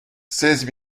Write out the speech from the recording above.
seize